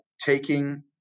taking